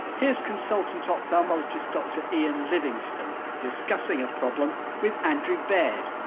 here's consultant ophthalmologist dr iain livingstone discussing a problem with andrew baird,